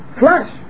flesh